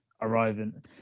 arriving